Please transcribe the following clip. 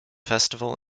festival